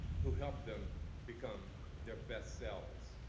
who helped them become their best selves.